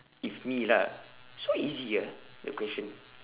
if me lah so easy ah the question